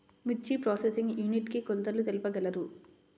మిర్చి processing unit కి కొలతలు తెలుపగలరు?